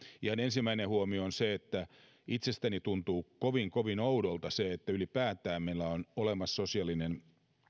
ihan ensimmäinen huomio on se että itsestäni tuntuu kovin kovin oudolta se että ylipäätään meillä on olemassa sosiaalinen